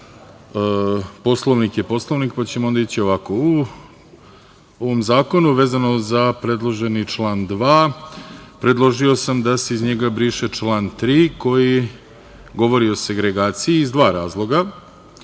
Poslovnik je Poslovnik, onda ćemo ići ovako.U ovom zakonu, vezano za predloženi član 2. predložio sam da se iz njega briše član 3. koji govori o segregaciji i to iz dva razloga,